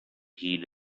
heed